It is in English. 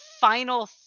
final